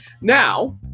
now